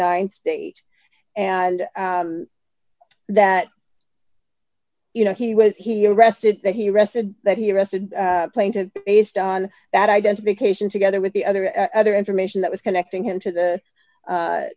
th state and that you know he was he arrested that he rested that he rested plane to based on that identification together with the other other information that was connecting him to the